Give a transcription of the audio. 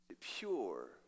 pure